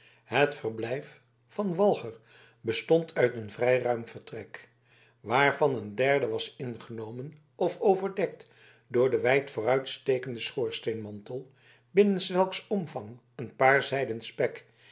het verblijf van walger bestond uit een vrij ruim vertrek waarvan een derde was ingenomen of overdekt door den wijd vooruitstekenden schoorsteenmantel binnen welks omvang een paar zijden spek